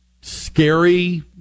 scary